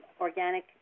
organic